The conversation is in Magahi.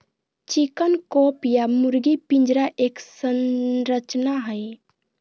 चिकन कॉप या मुर्गी पिंजरा एक संरचना हई,